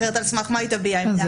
אחרת, על סמך מה היא תביע עמדה?